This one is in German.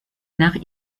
nach